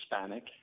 Hispanic